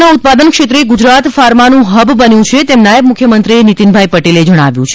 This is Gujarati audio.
દવાઓના ઉત્પાદન ક્ષેત્રે ગુજરાત ફાર્માનું હબ બન્યું એમ નાયબ મુખ્યમંત્રી નીતિન પટેલે જણાવ્યું છે